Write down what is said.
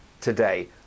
today